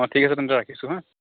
অঁ ঠিক আছে তেন্তে ৰাখিছোঁ হা